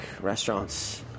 restaurants